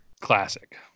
classic